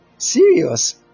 Serious